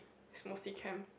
is mostly chem